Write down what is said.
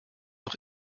noch